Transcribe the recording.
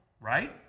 right